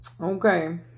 Okay